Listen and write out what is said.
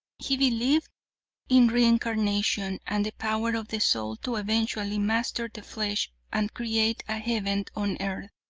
he believed in re-incarnation, and the power of the soul to eventually master the flesh and create a heaven on earth.